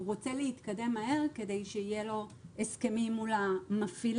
הוא רוצה להתקדם מהר כדי שיהיו לו הסכמים מול המפעילים.